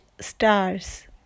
stars